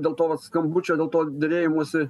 dėl to vat skambučio dėl to derėjimosi